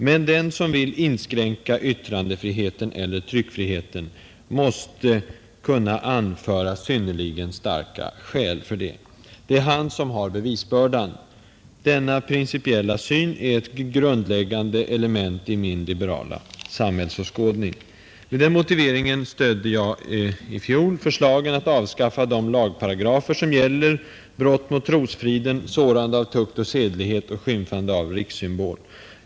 Men den som vill inskränka yttrandefriheten eller tryckfriheten måste kunna anföra synnerligen starka skäl för detta. Det är han som har bevisbördan. Denna principiella syn är ett grundläggande element i min liberala samhällsåskådning. Med den motiveringen stödde jag i fjol förslagen att avskaffa de lagparagrafer som gäller brott mot trosfriden, sårande av tukt och sedlighet och skymfande av rikssymbol.